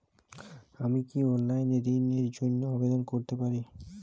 আমি কি অনলাইন এ ঋণ র জন্য আবেদন করতে পারি?